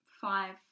five